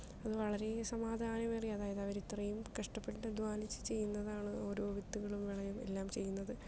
ഇത് വളരെ സമാധാനമേറി അതായത് അവരത്രയും കഷ്ടപ്പെട്ട് അധ്വാനിച്ച് ചെയ്യുന്നതാണ് ഒരു വിത്തുകൾ വിളയുകയും എല്ലാം ചെയ്യുന്നത്